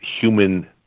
human